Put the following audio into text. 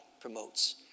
promotes